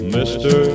Mister